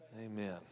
Amen